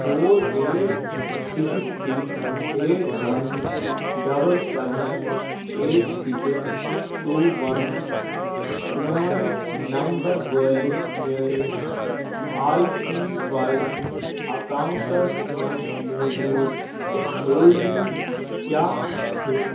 four eight six three eight one double seven eight six two one پرانۍ number وٲلِس میٲنِس I P Y accounts مَنٛز موٗجوٗد holding کیٛاہ چھِ